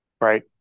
Right